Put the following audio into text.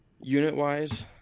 unit-wise